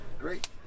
great